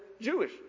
Jewish